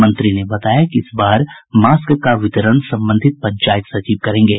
मंत्री ने बताया कि इस बार मास्क का वितरण संबंधित पंचायत सचिव करेंगे